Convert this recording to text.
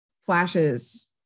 Flashes